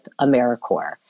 AmeriCorps